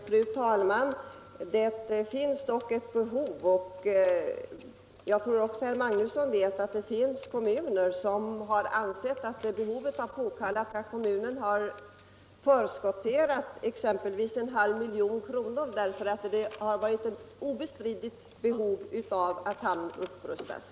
Fru talman! Det finns dock ett behov. Jag tror att också herr Magnusson vet att det finns kommuner som förskotterat exempelvis en halv miljon kronor därför att det förelegat ett obestridligt behov av att hamnen upprustas.